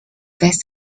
west